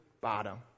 bottom